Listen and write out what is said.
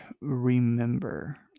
remember